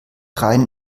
rhein